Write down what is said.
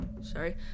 Sorry